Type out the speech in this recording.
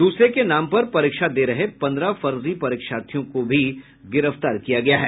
दूसरे के नाम पर परीक्षा दे रहे पन्द्रह फर्जी परीक्षार्थियों को भी गिरफ्तार किया गया है